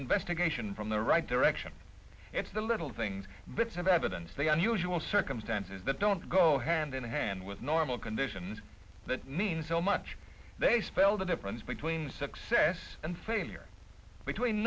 investigation from the right direction it's the little things bits of evidence the unusual circumstances that don't go hand in hand with normal conditions that mean so much they spell the difference between success and failure between